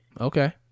Okay